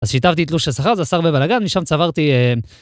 אז שיתפתי את תלוש השכר, זה עשה הרבה בלאגן, משם צברתי...